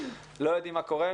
לא יודעים מה קורה.